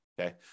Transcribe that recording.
okay